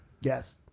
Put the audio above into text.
Yes